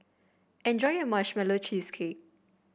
enjoy your Marshmallow Cheesecake